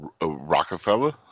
Rockefeller